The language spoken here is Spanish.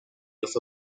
los